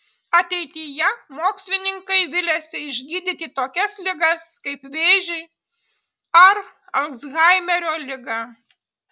ateityje mokslininkai viliasi išgydyti tokias ligas kaip vėžį ar alzhaimerio ligą